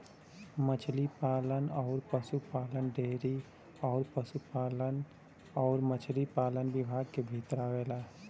मछरी पालन अउर पसुपालन डेयरी अउर पसुपालन अउरी मछरी पालन विभाग के भीतर आवेला